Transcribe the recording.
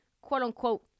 quote-unquote